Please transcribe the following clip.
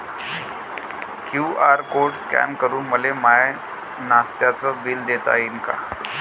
QR code scan करून मले माय नास्त्याच बिल देता येईन का?